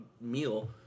meal